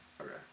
Okay